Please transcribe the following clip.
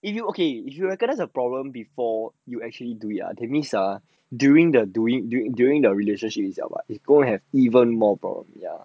if you okay if you recognise a problem before you actually do it ah that means ah during the during during during the relationship if both have even more problems [one]